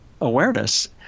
awareness